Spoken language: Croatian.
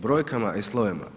Brojkama i slovima,